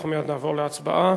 אנחנו מייד נעבור להצבעה.